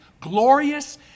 glorious